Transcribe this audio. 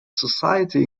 society